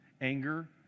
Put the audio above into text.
anger